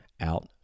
out